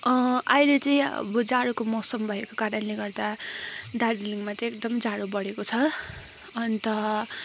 आहिले चाहिँ अब जाडोको मौसम भएको कारणले गर्दा दार्जिलिङमा चाहिँ एकदम जाडो बढेको छ अन्त